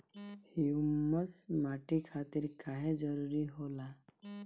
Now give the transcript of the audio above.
Humus माटी खातिर काहे जरूरी होला?